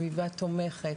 סביבה תומכת,